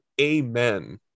amen